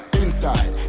inside